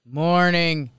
morning